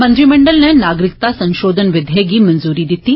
मंत्रिमंडल नै नागरिकता संशोधन विधेयक गी मजूरी दित्ती